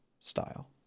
style